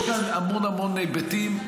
יש כאן המון המון היבטים.